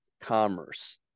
commerce